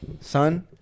Son